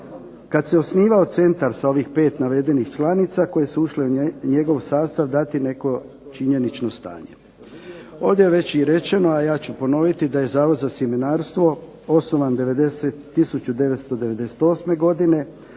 kad se osnivao centar sa ovih 5 navedenih članica koje su ušle u njegov sastav dati neko činjenično stanje. Ovdje je već i rečeno, a ja ću ponoviti da je Zavod za sjemenarstvo osnovan 1998. godine,